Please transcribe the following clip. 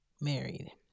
married